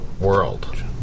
world